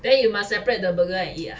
then you must separate the burger and eat ah